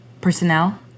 Personnel